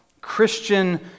Christian